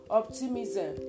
optimism